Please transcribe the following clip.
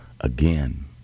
again